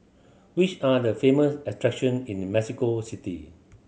which are the famous attraction in Mexico City